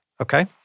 Okay